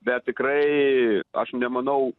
bet tikrai aš nemanau